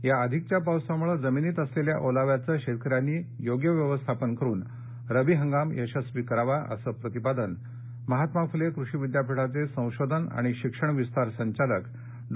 या जास्तीच्या पावसामुळे जमिनीत असलेल्या ओलाव्याचं शेतकऱ्यांनी योग्य व्यवस्थापन करुन रब्बी हंगाम यशस्वी करावा असं प्रतिपादन महात्मा फुले कृषि विद्यापीठाचे संशोधन आणि शिक्षण विस्तार संचालक डॉ